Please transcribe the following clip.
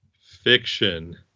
Fiction